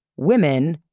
women,